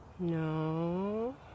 No